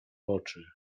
oczy